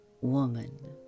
woman